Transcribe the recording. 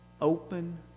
open